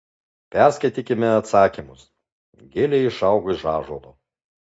perskaitykime atsakymus gilė išaugo iš ąžuolo